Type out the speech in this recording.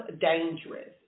dangerous